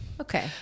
Okay